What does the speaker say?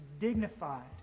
dignified